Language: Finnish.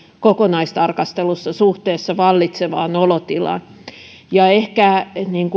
kokonaistarkastelussa suhteessa vallitsevaan olotilaan ehkä